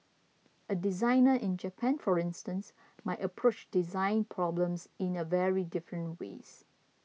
a designer in Japan for instance might approach design problems in a very different ways